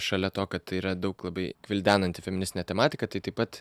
šalia to kad tai yra daug labai gvildenanti feministinė tematika tai taip pat